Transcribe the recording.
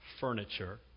furniture